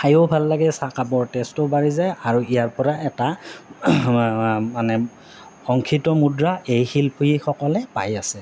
খায়ো ভাল লাগে চাহ কাপৰ টেষ্টো বাঢ়ি যায় আৰু ইয়াৰ পৰা এটা মানে সংক্ষিত মুদ্ৰা এই শিল্পীসকলে পাই আছে